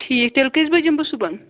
ٹھیٖک تیٚلہِ کٔژِ بَجہِ یِمہٕ بہٕ صُبحَن